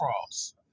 cross